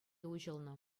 уҫӑлнӑ